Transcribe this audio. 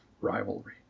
rivalry